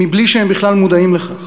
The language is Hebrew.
מבלי שהם בכלל מודעים לכך